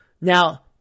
Now